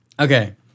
Okay